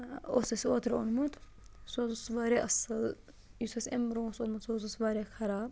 اوس اَسہِ اوٚترٕ اوٚنمت سُہ حظ اوس واریاہ اَصٕل یُس اَسہِ اَمہِ برونٛہہ اوس اوٚنمُت سُہ حظ اوس واریاہ خراب